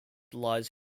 lies